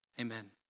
amen